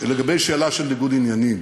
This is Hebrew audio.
השאלה של ניגוד עניינים,